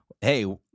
hey